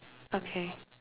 okay